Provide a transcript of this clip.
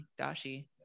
Dashi